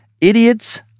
Idiots